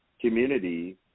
community